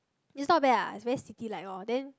it's not bad lah it's very sticky like lorn then